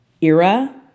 era